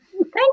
Thank